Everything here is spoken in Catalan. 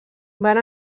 van